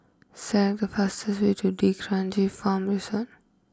select the fastest way to D'Kranji Farm Resort